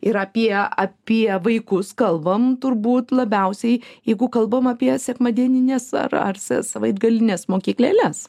ir apie apie vaikus kalbam turbūt labiausiai jeigu kalbam apie sekmadienines ar ar savaitgalines mokyklėles